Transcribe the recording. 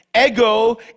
Ego